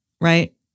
right